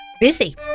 Busy